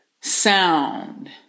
sound